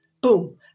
boom